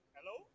Hello